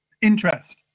Interest